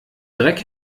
dreck